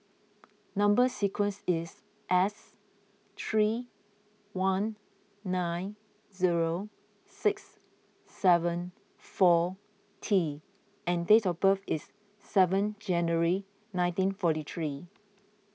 Number Sequence is S three one nine zero six seven four T and date of birth is seventh January nineteen forty three